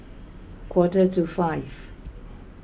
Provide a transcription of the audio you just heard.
quarter to five